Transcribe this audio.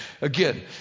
again